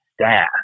staff